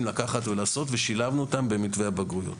לקחת ולעשות ושילבנו אותם במתווה הבגרויות.